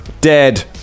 dead